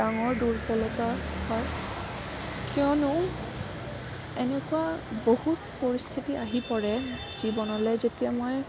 ডাঙৰ দুৰ্বলতা হয় কিয়নো এনেকুৱা বহুত পৰিস্থিতি আহি পৰে জীৱনলৈ যেতিয়া মই